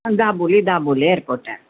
Dabolim Dabolim एरपोटार